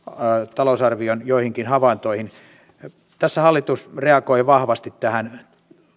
talousarvion joihinkin havaintoihin tässä hallitus reagoi vahvasti tähän